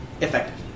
effective